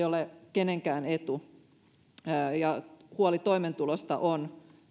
kenenkään etu huoli toimeentulosta on